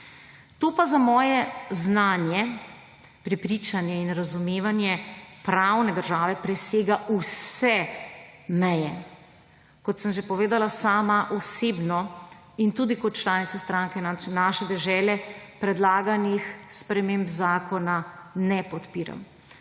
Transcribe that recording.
To pa za moje znanje, prepričanje in razumevanje pravne države presega vse meje. Kot sem že povedala, sama osebno in tudi kot članica stranke Naša dežela, predlaganih sprememb zakona ne podpiram,